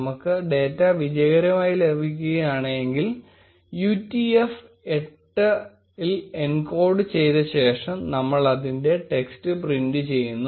നമുക്ക് ഡേറ്റ വിജയകരമായി ലഭിക്കുകയാണെങ്കിൽ utf 8 ൽ എൻകോഡ് ചെയ്ത ശേഷം നമ്മൾ അതിന്റെ ടെക്സ്റ്റ് പ്രിന്റ് ചെയ്യുന്നു